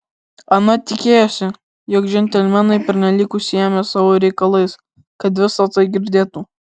ana tikėjosi jog džentelmenai pernelyg užsiėmę savo reikalais kad visa tai girdėtų